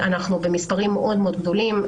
אנחנו במספרים מאוד מאוד גדולים,